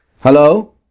Hello